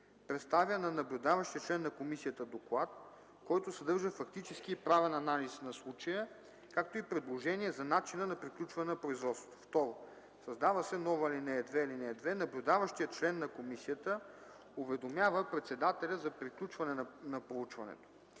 представя на наблюдаващия член на комисията доклад, който съдържа фактически и правен анализ на случая, както и предложение за начина на приключване на производството.” 2. Създава се нова ал. 2: „(2) Наблюдаващият член на комисията уведомява председателя за приключване на проучването.